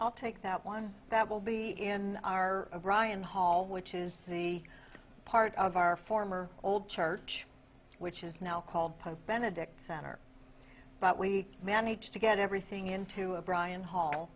i'll take that one that will be in our ryan hall which is the part of our former old church which is now called pope benedict center but we managed to get everything into a brian hall